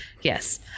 yes